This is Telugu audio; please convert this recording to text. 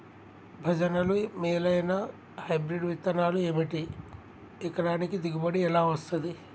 భజనలు మేలైనా హైబ్రిడ్ విత్తనాలు ఏమిటి? ఎకరానికి దిగుబడి ఎలా వస్తది?